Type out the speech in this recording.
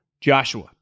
Joshua